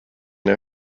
der